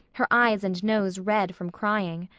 her eyes and nose red from crying.